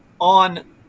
on